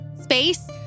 space